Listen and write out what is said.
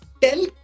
tell